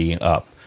up